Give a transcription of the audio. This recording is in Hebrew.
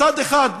מצד אחד,